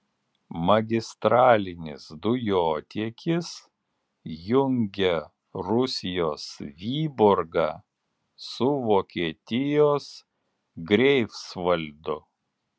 magistralinis dujotiekis jungia rusijos vyborgą su vokietijos greifsvaldu